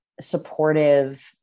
supportive